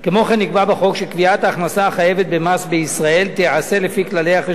נקבע בחוק שקביעת ההכנסה החייבת במס בישראל תיעשה לפי כללי החשבונאות